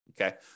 Okay